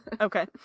Okay